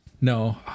No